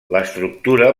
l’estructura